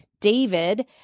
David